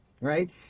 right